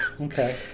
Okay